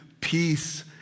peace